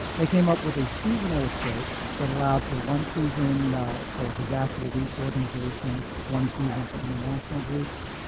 they came up with a seasonal approach that allowed for one season for disaster-relief organizations, one season for international groups,